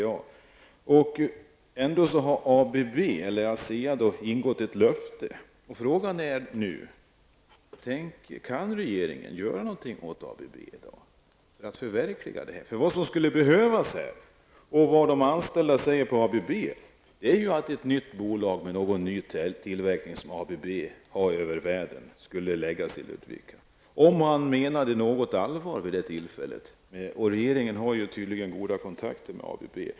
ABB, tidigare Asea, har lämnat ett löfte. Frågan är nu om regeringen kan göra någonting för att ABB skall infria det i dag. Vad som skulle behövas är att ett tillverkningsbolag som ABB driver någon annanstans i världen förlades till Ludvika. Det säger också de anställda på ABB. Det är vad som borde göras, om man menade allvar vid det tidigare tillfället. Regeringen har tydligen goda kontakter med ABB.